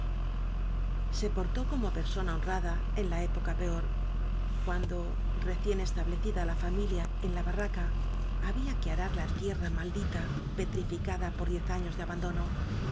se portó como persona honrada en la épo ca peor cuando recién establecida la familia en la barraca había que arar la tierra maldita pe trificada por diez años de abandono